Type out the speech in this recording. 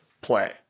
play